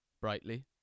brightly